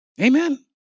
Amen